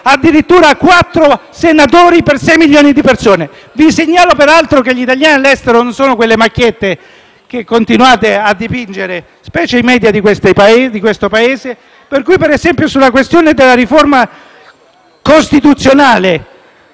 addirittura a quattro senatori per 6 milioni di persone. Vi segnalo peraltro che gli italiani all'estero non sono quelle macchiette che continuate a dipingere, specie i *media* di questo Paese. Sulla questione della riforma costituzionale